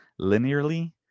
linearly